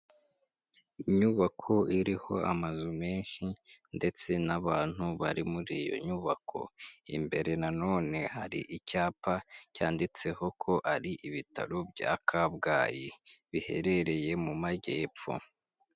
Inyubako iriho amazu menshi ndetse n'abantu bari muri iyo nyubako, imbere nanone hari icyapa cyanditseho ko ari ibitaro bya kabgayi biherereye mu majyepfo.